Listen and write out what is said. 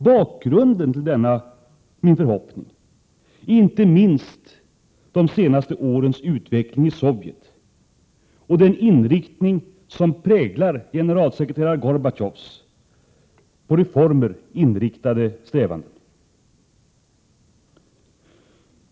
Bakgrunden till dessa mina förhoppningar är inte minst de senaste årens utveckling i Sovjet och den inriktning som präglar generalsekreterare Gorbatjovs på reformer inriktade strävanden.